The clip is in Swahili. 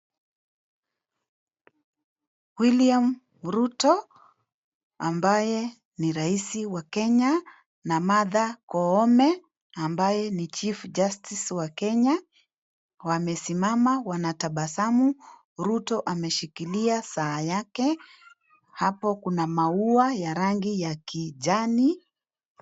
William Ruto, amabaye ni Rais wa Kenya, na Martha Koome, ambaye ni chief justice wa Kenya. Wamesimama wanatabasamu. Ruto ameshikilia saa yake, hapo kuna maua ya rangi ya kijani.